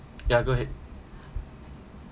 ya go ahead